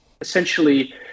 essentially